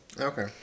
Okay